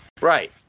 Right